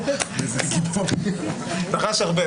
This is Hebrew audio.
הישיבה ננעלה בשעה